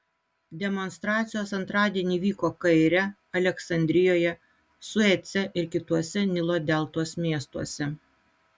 demonstracijos antradienį vyko kaire aleksandrijoje suece ir kituose nilo deltos miestuose